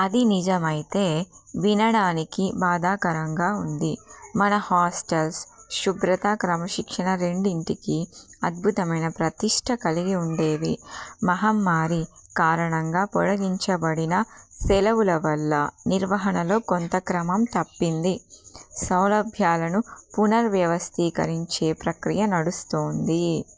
అది నిజమైతే వినడానికి బాధాకరంగా ఉంది మన హాస్టల్స్ శుభ్రత క్రమశిక్షణ రెండింటికి అద్భుతమైన ప్రతిష్ఠ కలిగి ఉండేవి మహమ్మారి కారణంగా పొడిగించబడిన సెలవుల వల్ల నిర్వహణలో కొంత క్రమం తప్పింది సౌలభ్యాలను పునర్వ్యవస్థీకరించే ప్రక్రియ నడుస్తోంది